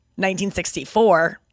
1964